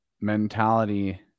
mentality